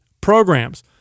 programs